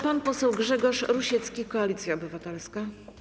Pan poseł Grzegorz Rusiecki, Koalicja Obywatelska.